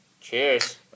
Cheers